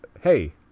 Hey